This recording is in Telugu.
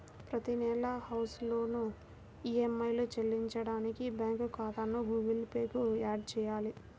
ప్రతి నెలా హౌస్ లోన్ ఈఎమ్మై చెల్లించడానికి బ్యాంకు ఖాతాను గుగుల్ పే కు యాడ్ చేయాలి